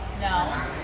No